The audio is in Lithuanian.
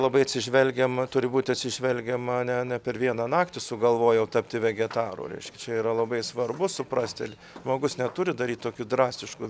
labai atsižvelgiama turi būt atsižvelgiama ne ne per vieną naktį sugalvojau tapti vegetaru reiškia čia yra labai svarbu suprasti žmogus neturi daryt tokių drastiškų